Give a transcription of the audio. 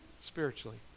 spiritually